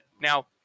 Now